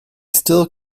still